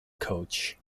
coach